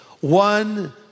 One